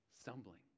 stumbling